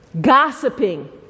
gossiping